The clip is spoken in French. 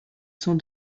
sont